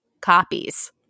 copies